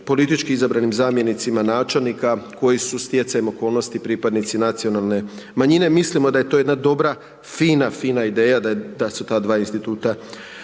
političkih izabranih zamjenicima načelnika, koji su stjecajem okolnosti pripadnici nacionalne manjine. Mislimo da je to jedna dobra fina fina ideja da su ta dva instituta